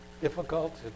difficult